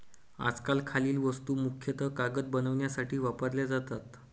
आजकाल खालील वस्तू मुख्यतः कागद बनवण्यासाठी वापरल्या जातात